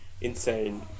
insane